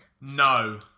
No